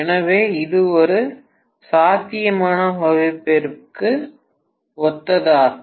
எனவே இது ஒரு சாத்தியமான வகுப்பிக்கு ஒத்ததாகும்